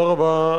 תודה רבה.